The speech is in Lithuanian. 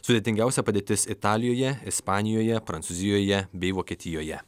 sudėtingiausia padėtis italijoje ispanijoje prancūzijoje bei vokietijoje